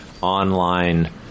online